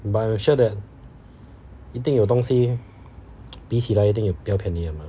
but you sure that 一定有东西比起来一定比较便宜的吗